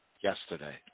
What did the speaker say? yesterday